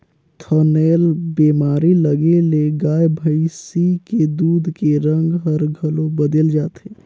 थनैल बेमारी लगे ले गाय भइसी के दूद के रंग हर घलो बदेल जाथे